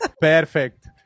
Perfect